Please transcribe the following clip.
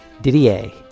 didier